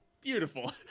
beautiful